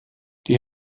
die